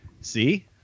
see